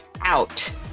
out